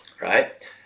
right